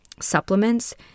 supplements